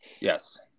Yes